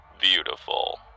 Beautiful